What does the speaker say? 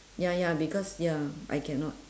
ya ya because ya I cannot